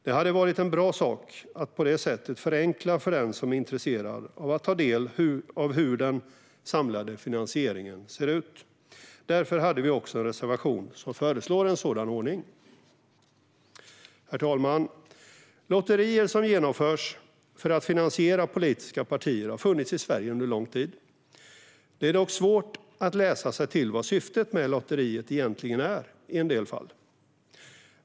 Det hade varit en bra sak att på det sättet förenkla för den som är intresserad av att ta del av hur den samlade finansieringen ser ut. Därför har vi också en reservation som föreslår en sådan ordning. Herr talman! Lotterier som genomförs för att finansiera politiska partier har funnits i Sverige under lång tid. Det är dock svårt att läsa sig till vad syftet med lotteriet egentligen är i en del fall.